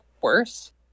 worse